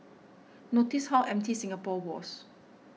notice how empty Singapore was